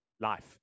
life